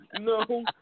no